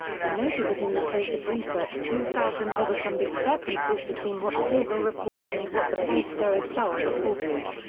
he noted that in the case of research two thousand there were some discrepancies between what silver reported and what the pollster itself reported.